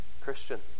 Christian